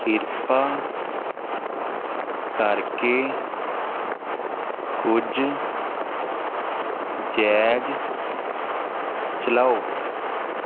ਕਿਰਪਾ ਕਰਕੇ ਕੁਝ ਜੈਜ਼ ਚਲਾਓ